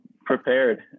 prepared